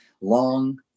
long